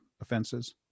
offenses